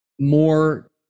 more